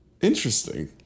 Interesting